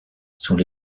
sont